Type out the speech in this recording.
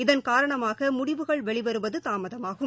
இதன் காரணமாகமுடிவுகள் வெளிவருவதுதாமதமாகும்